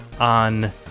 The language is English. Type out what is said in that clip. on